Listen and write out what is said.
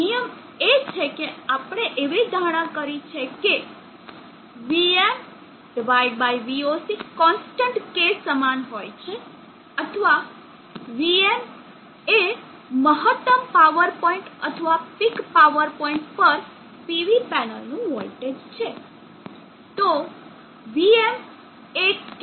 નિયમ એ છે કે આપણે એવી ધારણા કરી છે કે vmvoc કોનસ્ટન્ટ K સમાન હોય છે અથવા vm એ મહત્તમ પાવર પોઇન્ટ અથવા પીક પાવર પોઇન્ટ પર PV પેનલનું વોલ્ટેજ છે